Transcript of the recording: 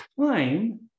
time